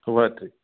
শুভৰাত্ৰী